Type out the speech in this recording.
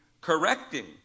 correcting